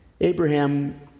Abraham